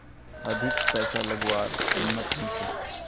अधिक पैसा लागवार हिम्मत नी छे